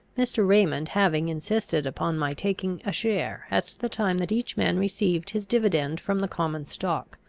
mr. raymond having insisted upon my taking a share at the time that each man received his dividend from the common stock.